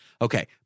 Okay